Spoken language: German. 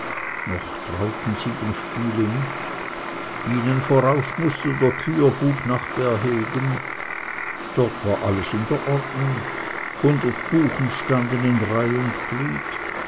noch trauten sie dem spiele nicht ihnen vorauf mußte der küherbub nach bärhegen dort war alles in der ordnung hundert buchen standen in reih und glied